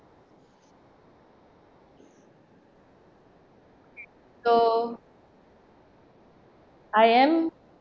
so I am